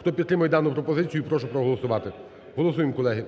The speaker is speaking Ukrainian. Хто підтримує дану пропозицію, прошу проголосувати, голосуємо, колеги.